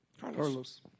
Carlos